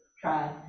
try